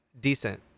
decent